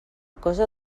cosa